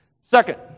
Second